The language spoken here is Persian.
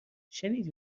شنیدی